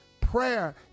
Prayer